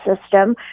system